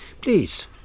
Please